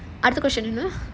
அடுத்த:adutha question என்ன:enna